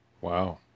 Wow